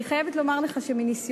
אני חייבת לומר לך שמניסיוני,